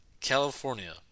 California